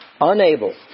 Unable